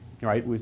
right